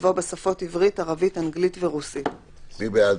מי בעד?